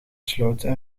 sloten